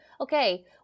okay